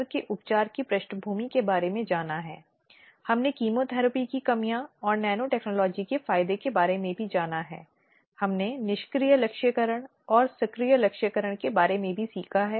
इसलिए किसी भी प्रकार के पूर्व निर्धारित विचारों के किसी भी प्रकार के पूर्वाग्रहों को पूरी तरह से दूर किया जाना चाहिए साथ ही सबसे महत्वपूर्ण बात यह है कि आरोप क्या है और क्या आरोप यौन उत्पीड़न के बीच है